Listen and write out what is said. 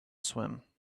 swim